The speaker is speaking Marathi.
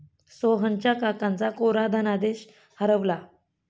सोहनच्या काकांचा कोरा धनादेश हरवला